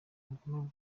ubugome